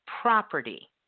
property